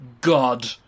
God